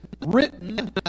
written